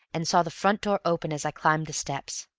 and saw the front door open as i climbed the steps.